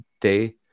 day